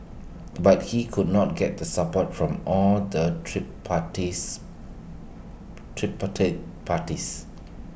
but he could not get the support from all the tree parties tripartite parties